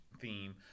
theme